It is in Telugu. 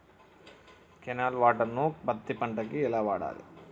కెనాల్ వాటర్ ను పత్తి పంట కి ఎలా వాడాలి?